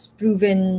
proven